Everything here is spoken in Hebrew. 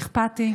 אכפתי,